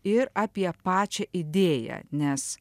ir apie pačią idėją nes